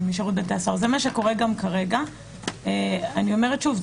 אני אומרת שוב,